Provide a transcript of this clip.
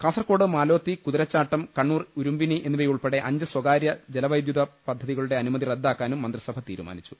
കാസർകോട് മാലോത്തി കുതിരച്ചാട്ടം കണ്ണൂർ ഉരുമ്പിനി എന്നിവയുൾപ്പെടെ അഞ്ച് സ്വകാര്യ ജലവൈദ്യുത പദ്ധതി കളുടെ അനുമതി റദ്ദാക്കാനും മന്ത്രിസഭ തീരുമാനിച്ചു